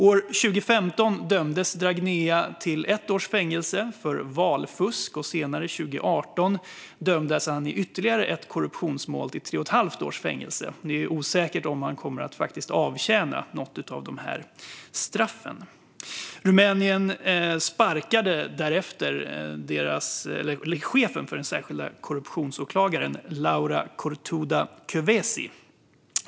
År 2015 dömdes Dragnea till ett års fängelse för valfusk, och senare 2018 dömdes han i ytterligare ett korruptionsmål till tre och ett halvt års fängelse. Det är osäkert om han kommer att avtjäna något av de straffen. Rumänien sparkade därefter chefen för den särskilda korruptionsåklagaren Laura Codruta Kövesi.